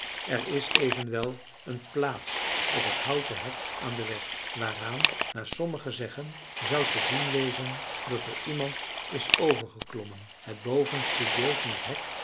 er is evenwel een plaats op het houten hek aan den weg waaraan naar sommigen zeggen zou te zien wezen dat er iemand is overgeklommen het bovenste deel van het hek